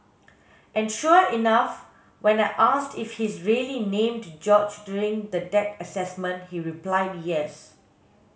and sure enough when I asked if he's really named George during the deck assessment he replied yes